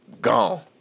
Gone